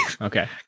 Okay